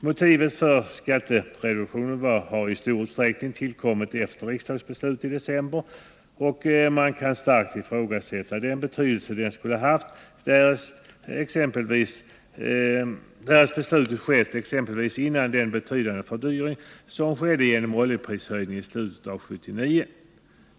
Motivet för skattereduktionen har i stor utsträckning tillkommit efter riksdagsbeslutet i december, och man kan starkt ifrågasätta den betydelse beslutet skulle ha haft därest det fattats exempelvis innan den betydande fördyringen skedde genom oljeprishöjningen i slutet av 1979.